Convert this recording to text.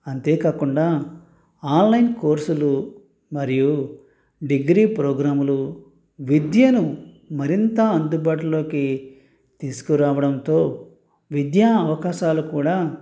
అంతే కాకుండా ఆన్లైన్ కోర్సులు మరియు డిగ్రీ ప్రోగ్రామ్లు విద్యను మరింత అందుబాటులోకి తీసుకురావడంతో విద్యా అవకాశాలకు కూడా